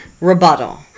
Rebuttal